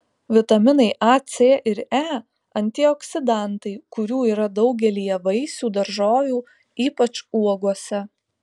vitaminai a c ir e antioksidantai kurių yra daugelyje vaisių daržovių ypač uogose